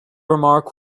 remark